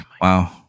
Wow